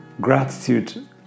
gratitude